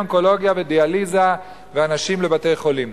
אונקולוגיה ודיאליזה ואנשים לבתי-חולים.